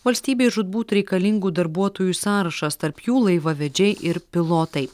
valstybei žūtbūt reikalingų darbuotojų sąrašas tarp jų laivavedžiai ir pilotai